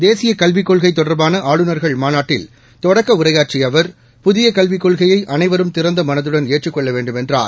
தேசிய கல்விக் கொள்கை தொட்பான ஆளுநர்கள் மாநாட்டில் தொடக்க உரையாற்றிய அவர் புதிய கல்விக் கொள்கையை அனைவரும் திறந்த மனதுடன் ஏற்றுக் கொள்ள வேண்டுமென்றார்